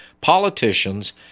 politicians